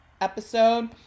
episode